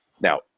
Now